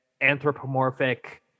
anthropomorphic